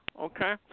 okay